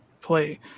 play